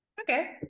Okay